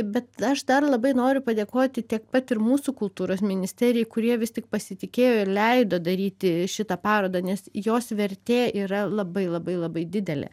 bet aš dar labai noriu padėkoti tiek pat ir mūsų kultūros ministerijai kurie vis tik pasitikėjo ir leido daryti šitą parodą nes jos vertė yra labai labai labai didelė